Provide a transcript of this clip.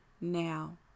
now